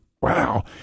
Wow